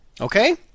Okay